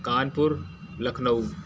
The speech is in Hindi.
कानपूर लखनऊ